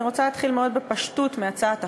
אני רוצה להתחיל מאוד בפשטות בהצעת החוק.